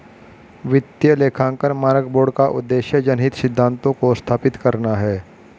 वित्तीय लेखांकन मानक बोर्ड का उद्देश्य जनहित सिद्धांतों को स्थापित करना है